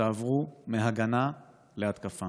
תעברו מהגנה להתקפה.